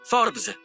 Forbes